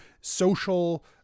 social